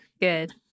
good